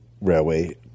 railway